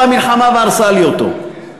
באה המלחמה והרסה לי אותו.